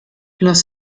los